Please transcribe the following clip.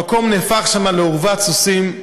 המקום נהפך שם לאורוות סוסים.